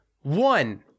one